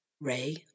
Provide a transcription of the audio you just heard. Ray